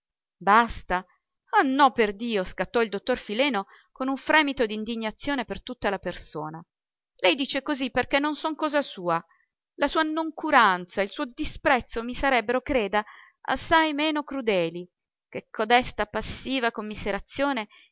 basta basta ah no perdio scattò il dottor fileno con un fremito d'indignazione per tutta la persona lei dice così perché non son cosa sua la sua noncuranza il suo disprezzo mi sarebbero creda assai meno crudeli che codesta passiva commiserazione